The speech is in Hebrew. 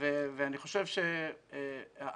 אני חושב שהמדיניות